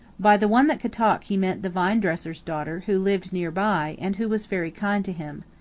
by the one that could talk he meant the vine-dresser's daughter who lived near by and who was very kind to him.